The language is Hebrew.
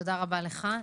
תודה רבה לך.